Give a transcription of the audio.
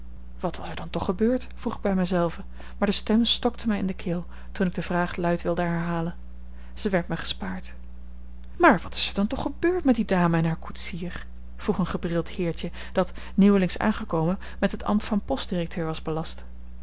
wat was er dan toch gebeurd vroeg ik bij mij zelven maar de stem stokte mij in de keel toen ik de vraag luide wilde herhalen zij werd mij gespaard maar wat is er dan toch gebeurd met die dame en haar koetsier vroeg een gebrild heertje dat nieuwelings aangekomen met het ambt van postdirecteur was belast